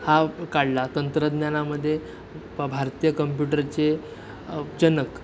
हा काढला तंत्रज्ञानामध्ये भारतीय कम्प्युटरचे जनक